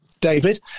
David